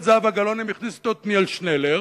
זהבה גלאון הם הכניסו את עתניאל שנלר,